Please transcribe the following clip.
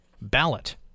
ballot